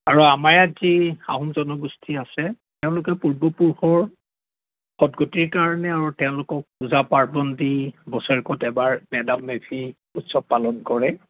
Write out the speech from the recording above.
আৰু আমাৰ ইয়াত কি আহোম জনগোষ্ঠী আছে তেওঁলোকে পূৰ্ব পুৰুষৰ সদ্গতিৰ কাৰণে তেওঁলোকক পূজা পাৰ্বন দি বছেৰেকত এবাৰ মেডাম মেফি উৎসৱ পালন কৰে